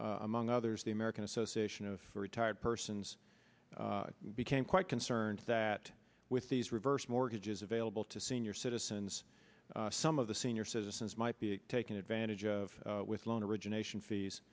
public among others the american association of retired persons became quite concerned that with these reverse mortgages available to senior citizens some of the senior citizens might be taken advantage of with loan origination fees